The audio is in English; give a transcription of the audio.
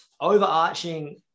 overarching